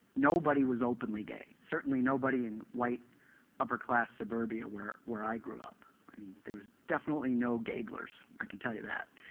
nobody was openly gay certainly nobody in white upper class suburbia where where i grew up. i mean, there was definitely no gayblers, i can tell you that.